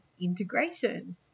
integration